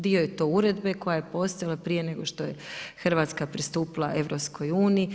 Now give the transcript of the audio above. Dio je to uredbe koja je postojala prije nego što je Hrvatska pristupila EU.